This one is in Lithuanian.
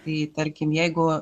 tai tarkim jeigu